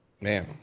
Man